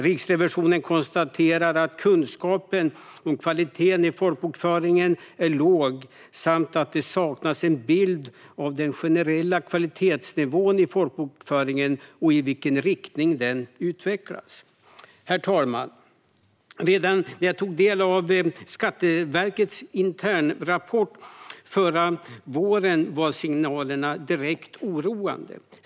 Riksrevisionen konstaterar att kunskapen om kvaliteten i folkbokföringen är låg samt att det saknas en bild av den generella kvalitetsnivån i folkbokföringen och i vilken riktning den utvecklas. Herr talman! Redan när jag tog del av Skatteverkets internrapport förra våren var signalerna direkt oroande.